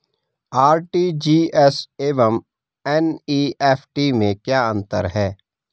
RTGS एवं NEFT में क्या अंतर है?